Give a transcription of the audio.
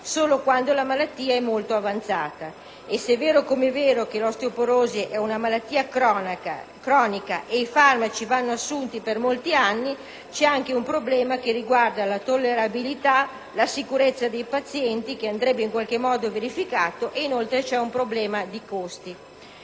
solo quando la malattia è molto avanzata. Se è vero come è vero che l'osteoporosi è una malattia cronica e i farmaci vanni assunti per molti anni, c'è anche un problema che riguarda la tollerabilità e la sicurezza dei pazienti che andrebbe verificata; inoltre, c'è un problema di costi.